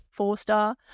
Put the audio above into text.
four-star